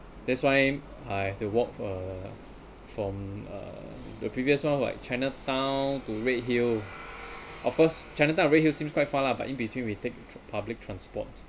that's why I have to walk uh from uh the previous one like chinatown to redhill of course chinatown and redhill seems quite fun lah but in between we take public transport